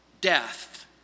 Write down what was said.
Death